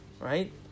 right